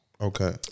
Okay